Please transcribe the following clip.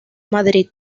madrid